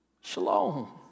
Shalom